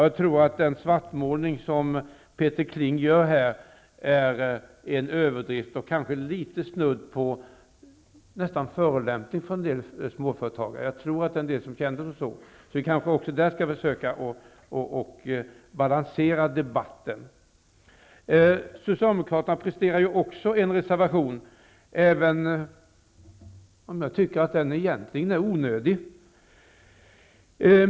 Jag tror att den svartmålning som Peter Kling här gör är en överdrift och nästan snudd på förolämpning mot en del småföretagare. Jag tror att en del kan känna det så. Vi skall kanske även där försöka balansera debatten. Socialdemokraterna presterar också en reservation. Jag tycker att den egentligen är onödig.